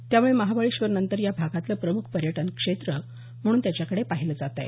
त्यामुळे महाबळेश्वर नंतर या भागातलं प्रमुख पर्यटन क्षेत्र म्हणून त्याकडे पाहिले जात आहे